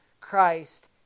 Christ